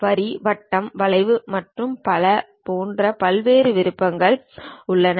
வரி வட்டம் வளைவு மற்றும் பல போன்ற பல்வேறு விருப்பங்கள் உள்ளன